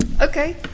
Okay